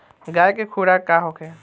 गाय के खुराक का होखे?